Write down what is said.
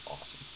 awesome